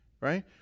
right